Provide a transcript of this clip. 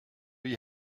you